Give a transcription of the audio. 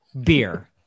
beer